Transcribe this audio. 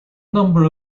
number